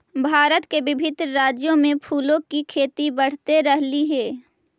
भारत के विभिन्न राज्यों में फूलों की खेती बढ़ते रहलइ हे